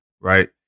Right